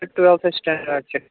تہٕ ٹُولتھٕ سِٹینڈٲرڈ چہِ